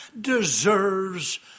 deserves